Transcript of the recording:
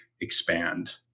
expand